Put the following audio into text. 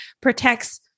protects